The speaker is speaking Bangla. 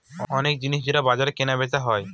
অনেক জিনিস যেটা বাজারে কেনা বেচা হয়